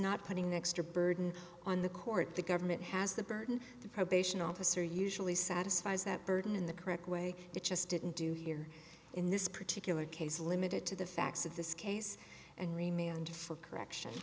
not putting the extra burden on the court the government has the burden the probation officer usually satisfies that burden in the correct way it just didn't do here in this particular case limited to the facts of this case and remained for correction